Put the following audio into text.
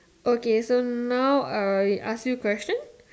okay so now uh I ask you question